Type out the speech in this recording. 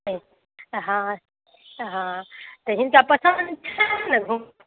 हँ तऽ हँ तऽ हँ हिनका पसन्द छनि ने घुमऽ